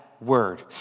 word